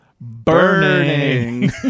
Burning